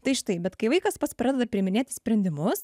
tai štai bet kai vaikas pats pradeda priiminėti sprendimus